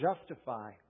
justify